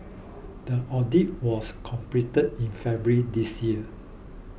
the audit was completed in February this year